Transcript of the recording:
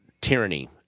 tyranny